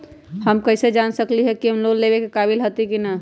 हम कईसे जान सकली ह कि हम लोन लेवे के काबिल हती कि न?